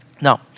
Now